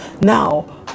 Now